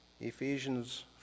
Ephesians